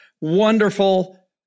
wonderful